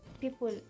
people